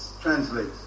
translates